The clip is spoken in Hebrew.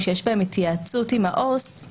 שיש בהן התייעצות עם העובד הסוציאלי,